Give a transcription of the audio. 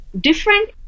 Different